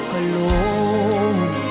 alone